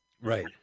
Right